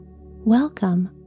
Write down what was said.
Welcome